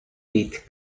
did